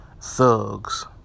thugs